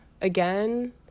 again